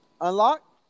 Unlock